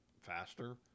faster